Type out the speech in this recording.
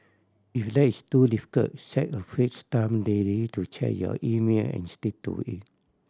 if that's too difficult set a fixed time daily to check your email and stick to it